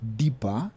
deeper